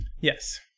Yes